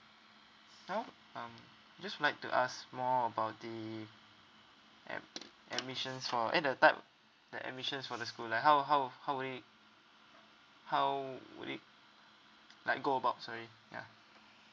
now um just would like to ask more about the ad~ admissions for and the type the admissions for the school like how how how would it how would it like go about sorry ya